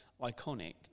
iconic